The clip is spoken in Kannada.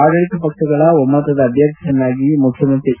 ಆಡಳಿತ ಪಕ್ಷಗಳ ಒಮ್ನದ ಅಭ್ವರ್ಥಿಯನ್ನಾಗಿ ಮುಖ್ಯಮಂತ್ರಿ ಎಚ್